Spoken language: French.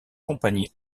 compagnies